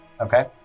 Okay